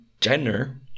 Jenner